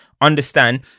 understand